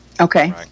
Okay